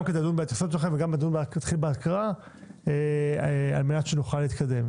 גם כדי לדון וגם בהקראה כדי שנוכל להתקדם.